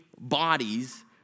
bodies